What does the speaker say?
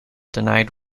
denied